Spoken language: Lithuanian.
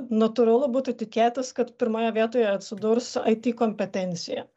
natūralu būtų tikėtis kad pirmoje vietoje atsidurs it kompetencija